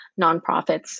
nonprofits